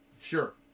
Sure